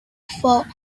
for